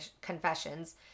confessions